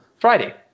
Friday